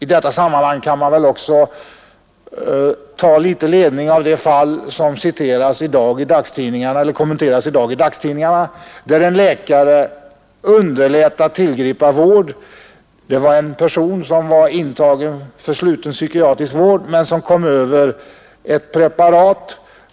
I detta sammanhang kan man väl också få litet ledning av det fall som kommenterats i dag i tidningarna och som gäller en läkare vilken underlät att tillgripa våld. En patient var intagen för sluten psykiatrisk vård men kom över ett preparat.